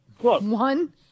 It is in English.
One